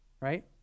right